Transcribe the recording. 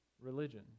religion